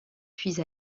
puis